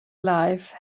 life